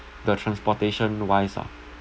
the transportation wise ah